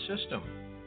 system